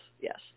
Yes